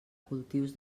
cultius